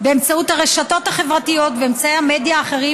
באמצעות הרשתות החברתיות ואמצעי מדיה אחרים,